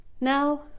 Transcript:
Now